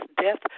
death